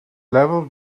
level